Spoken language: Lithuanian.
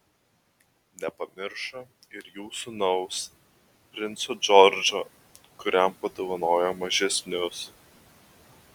nepamiršo ir jų sūnaus princo džordžo kuriam padovanojo mažesnius